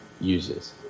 uses